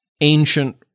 ancient